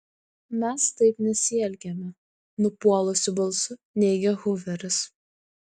mes taip nesielgiame nupuolusiu balsu neigia huveris